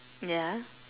ya